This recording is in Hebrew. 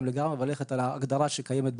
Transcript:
אבל כשיורדים ממש לפירוט,